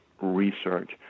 research